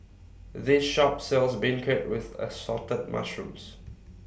This Shop sells Beancurd with Assorted Mushrooms